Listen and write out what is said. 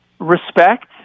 respect